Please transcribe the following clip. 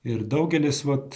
ir daugelis vat